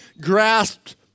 grasped